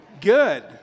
Good